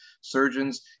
Surgeons